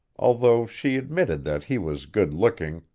although she admitted that he was good-looking,